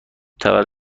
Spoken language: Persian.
تولد